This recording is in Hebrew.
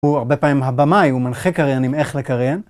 הוא הרבה פעמים הבמאי, הוא מנחה קריינים איך לקריין.